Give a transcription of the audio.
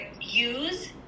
use